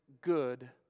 good